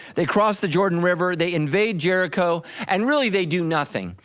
they cross the jordan river, they invade jericho and really they do nothing.